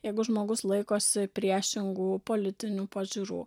jeigu žmogus laikosi priešingų politinių pažiūrų